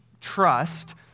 trust